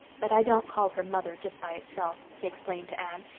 but i don't call her mother just by itself, he explained to anne.